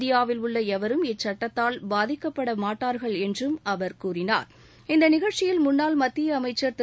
இந்தியாவில் உள்ள எவரும் இச்சட்டத்தால் பாதிக்கப்படமாட்டார்கள் என்றும் அவர் தெரிவித்தார் இந்த நிகழ்ச்சியில் முன்னாள் மத்திய அமைச்சர் திரு